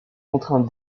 contraint